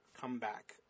comeback